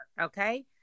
okay